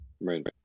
Right